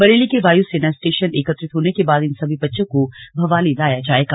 बरेली के वायु सेना स्टेशन एकत्रित होने के बाद इन सभी बच्चों को भवाली लाया जाएगा